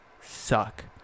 suck